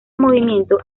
movimiento